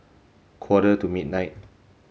quarter to midnight